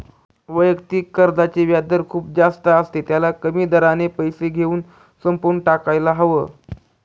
वैयक्तिक कर्जाचे व्याजदर खूप जास्त असते, त्याला कमी दराने पैसे घेऊन संपवून टाकायला हव